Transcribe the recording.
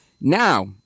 Now